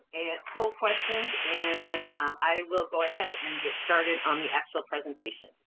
poll questions, and i will go ahead and get started on the actual presentation.